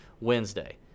wednesday